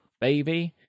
baby